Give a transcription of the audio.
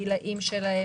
גילאים שלהם,